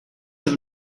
have